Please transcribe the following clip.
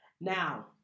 Now